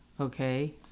Okay